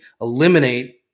eliminate